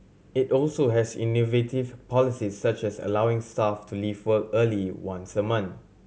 it also has innovative policies such as allowing staff to leave work early once a month